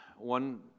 One